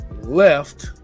left